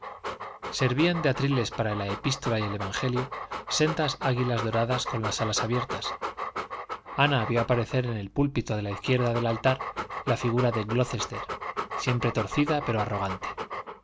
servían de atriles para la epístola y el evangelio sendas águilas doradas con las alas abiertas ana vio aparecer en el púlpito de la izquierda del altar la figura de glocester siempre torcida pero arrogante